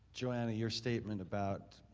joanna your statement about